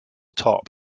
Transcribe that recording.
top